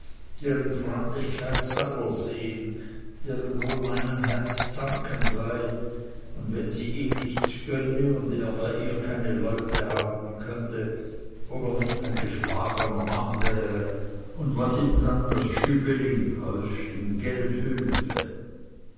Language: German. deren freundlichkeit sauersehen deren wohlmeinenheit zanken sei und wenn sie ihm nichts gönne und er bei ihr keine leute haben könnte ob er nicht ein geschlagener mann wäre und was ihm dann das schübeli geld hülfe